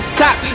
top